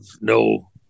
no